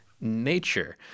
Nature